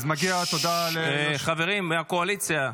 חברים מהקואליציה,